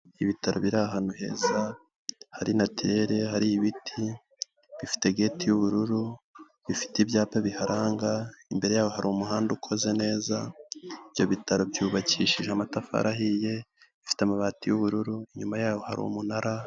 Ibitaro biri ahantu heza hari natirere, hari ibiti, bifite geti y'ubururu, bifite ibyapa biharanga, imbere yaho hari umuhanda ukoze neza, ibyo bitaro byubakishije amatafari ahiye, bifite amabati y'ubururu, inyuma yaho hari umunara...